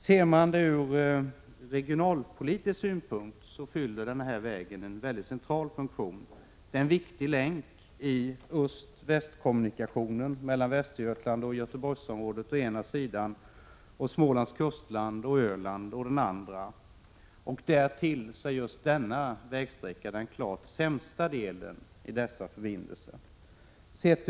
Ur regionalpolitisk synpunkt fyller denna väg en väldigt central funktion. Den är en viktig länk i öst-väst-kommunikationerna mellan Västergötland och Göteborgsområdet å ena sidan och Smålands kustland och Öland å den andra. Därtill är just denna vägsträcka den klart sämsta delen av dessa förbindelser.